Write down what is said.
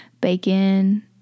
bacon